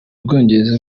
bwongereza